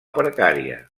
precària